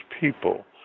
people